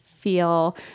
feel